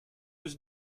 was